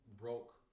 broke